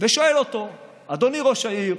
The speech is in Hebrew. ושואל אותו: אדוני ראש העירייה,